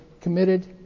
committed